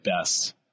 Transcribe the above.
best